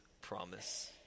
promise